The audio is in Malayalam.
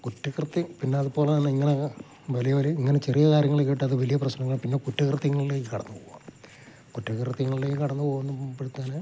കുറ്റകൃത്യം പിന്നെ അതുപോലെ തന്നെ ഇങ്ങനെ വലിയ ഒരു ഇങ്ങനെ ചെറിയ കാര്യങ്ങൾ കേട്ടത് വലിയ പ്രശ്നങ്ങൾ പിന്നെ കുറ്റകൃത്യങ്ങളിലേക്ക് കടന്നു പോവാറുണ്ട് കുറ്റകൃത്യങ്ങളിലേക്ക് കടന്ന് പോകുമ്പഴ്ത്തേന്